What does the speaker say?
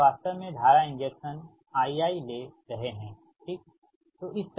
हम यह वास्तव में धारा इंजेक्शन Iiले रहे है ठीक